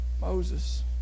Moses